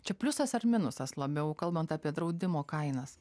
čia pliusas ar minusas labiau kalbant apie draudimo kainas